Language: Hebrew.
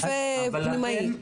רופא פנימאי.